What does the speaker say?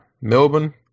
Melbourne